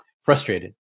Frustrated